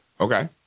Okay